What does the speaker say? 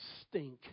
stink